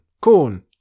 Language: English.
corn